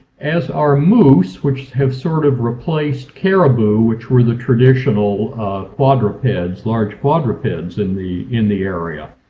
as are moose which have sort of replaced caribou which were the traditional quadrupeds, large quadrupeds in the in the area.